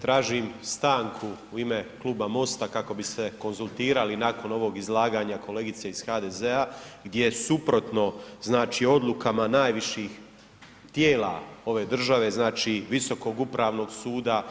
Tražim stanku u ime Kluba MOST-a kako bi se konzultirali nakon ovog izlaganja kolegice iz HDZ-a gdje suprotno znači odlukama najviših tijela ove države, znači Visokog upravnog suda,